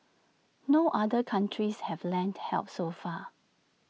no other countries have lent help so far